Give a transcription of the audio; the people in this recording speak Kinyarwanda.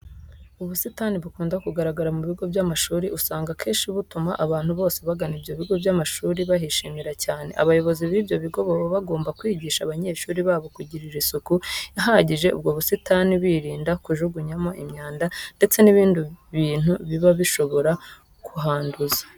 Ubusitani bukunda kugaragara mu bigo by'amashuri usanga akenshi butuma abantu bose bagana ibyo bigo by'amashuri bahishimira cyane. Abayobozi b'ibyo bigo baba bagomba kwigisha abanyeshuri babo kugirira isuku ihagije ubwo busitani birinda kubujugunyamo imyanda ndetse n'ibindi bintu biba bishobora kuhanduza.